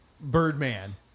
Birdman